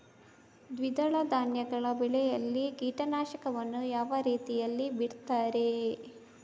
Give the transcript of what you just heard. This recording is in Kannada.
ದ್ವಿದಳ ಧಾನ್ಯಗಳ ಬೆಳೆಯಲ್ಲಿ ಕೀಟನಾಶಕವನ್ನು ಯಾವ ರೀತಿಯಲ್ಲಿ ಬಿಡ್ತಾರೆ?